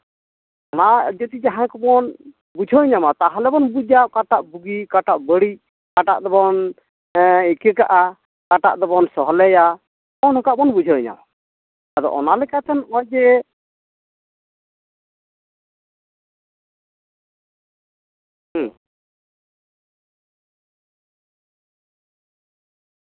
ᱚᱱᱟ ᱡᱩᱫᱤ ᱡᱟᱦᱟᱸᱭ ᱠᱚᱵᱚᱱ ᱵᱩᱡᱷᱟᱹᱣ ᱧᱟᱢᱟ ᱛᱟᱦᱞᱮ ᱵᱚᱱ ᱵᱩᱡᱟ ᱟᱠᱟᱴᱟᱜ ᱵᱩᱜᱤ ᱚᱠᱟᱴᱟᱜ ᱵᱟᱹᱲᱤᱡ ᱚᱠᱟᱴᱟᱜ ᱫᱚᱵᱚᱱ ᱤᱠᱟᱹ ᱠᱟᱜᱼᱟ ᱚᱠᱟᱴᱟᱜ ᱫᱚᱵᱚᱱ ᱥᱚᱦᱞᱮᱭᱟ ᱱᱚᱜᱼᱚ ᱱᱚᱝᱠᱟ ᱵᱚᱱ ᱵᱩᱡᱷᱟᱹᱣ ᱧᱟᱢᱟ ᱟᱫᱚ ᱚᱱᱟ ᱞᱮᱠᱟᱛᱮ ᱱᱚᱜᱼᱚᱭ ᱡᱮ ᱦᱩᱸ